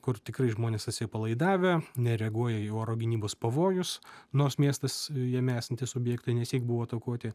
kur tikrai žmonės atsipalaidavę nereaguoja į oro gynybos pavojus nors miestas jame esantys objektai nesyk buvo atakuoti